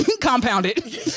Compounded